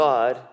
God